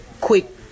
Quick